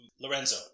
Lorenzo